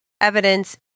evidence